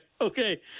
Okay